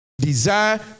Desire